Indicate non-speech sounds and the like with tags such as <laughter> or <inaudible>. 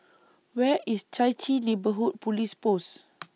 Where IS Chai Chee Neighbourhood Police Post <noise>